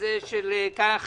אני עדין איתכם,